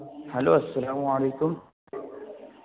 hello السلام علیکم